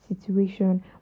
situation